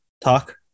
talk